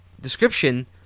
description